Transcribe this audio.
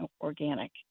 organic